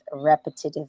repetitive